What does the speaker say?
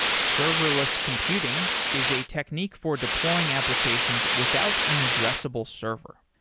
serverless computing is a technique for deploying applications without an addressable server.